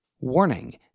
Warning